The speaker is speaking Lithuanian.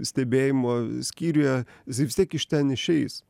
stebėjimo skyriuje jis vistiek iš ten išeis